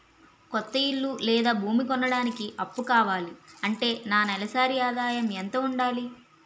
కొత్త ఇల్లు లేదా భూమి కొనడానికి అప్పు కావాలి అంటే నా నెలసరి ఆదాయం ఎంత ఉండాలి?